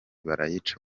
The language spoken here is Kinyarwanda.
barayica